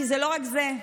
זה לא רק זה.